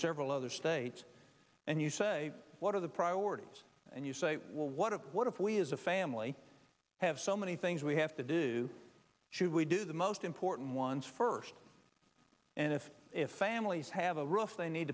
several other states and you say what are the priorities and you say well what what if we as a family have so many things we have to do should we do the most important ones first and if if families have a rough they need